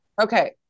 Okay